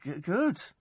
Good